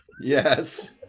Yes